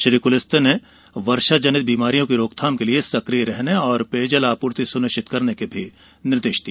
श्री कुलस्ते ने वर्षाजनित बीमारियों की रोकथाम के लिए सक्रिय रहने एवं पेयजल आपूर्ति सुनिश्चित करने के निर्देश दिए